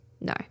no